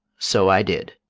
so i did.